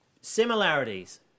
similarities